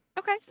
Okay